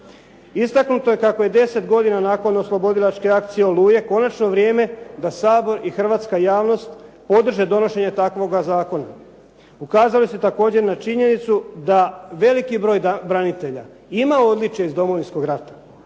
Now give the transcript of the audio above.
Istaknuto je kako je deset godina nakon oslobodilačke akcije "Oluja" konačno vrijeme da Sabor i hrvatska javnost podrže donošenje takvoga zakona. Ukazalo se također na činjenicu da Veliki broj branitelja ima odličje iz Domovinskog rata,